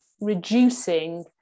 reducing